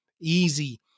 easy